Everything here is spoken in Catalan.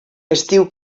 estiu